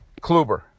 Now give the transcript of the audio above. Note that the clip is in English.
Kluber